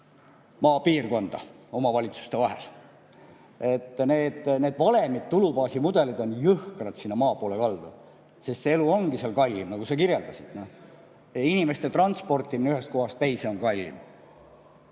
maapiirkondade omavalitsuste vahel. Need valemid, tulubaasi mudelid on jõhkralt maa poole kaldu, sest elu ongi seal kallim, nagu sa ütlesid. Ja inimeste transportimine ühest kohast teise on kallim.